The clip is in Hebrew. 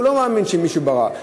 הוא לא מאמין במי שברא,